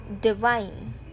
divine